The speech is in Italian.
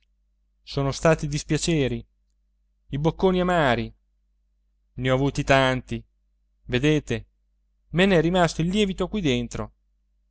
sono stati i dispiaceri i bocconi amari ne ho avuti tanti vedete me n'è rimasto il lievito qui dentro